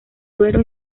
duero